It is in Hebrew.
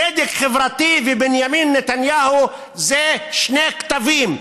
צדק חברתי ובנימין נתניהו אלה שני קטבים,